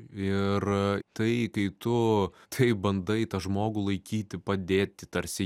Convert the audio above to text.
ir tai kai tu taip bandai tą žmogų laikyti padėti tarsi